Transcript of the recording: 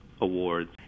awards